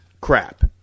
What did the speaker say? crap